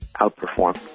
outperform